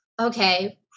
okay